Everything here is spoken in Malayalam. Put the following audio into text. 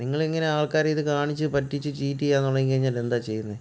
നിങ്ങളിങ്ങനെ ആൾക്കാരെ ഇത് കാണിച്ച് പറ്റിച്ച് ചീറ്റു ചെയ്യാൻ തുടങ്ങി കഴിഞ്ഞാൽ എന്താണ് ചെയ്യുന്നേ